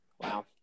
Wow